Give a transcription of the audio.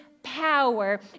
power